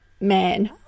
man